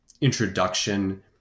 introduction